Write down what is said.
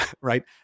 right